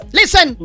listen